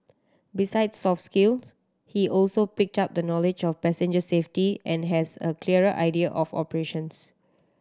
besides soft skills he also picked up the knowledge of passenger safety and has a clearer idea of operations